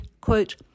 quote